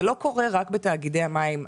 זה לא קורה רק בתאגידי המים.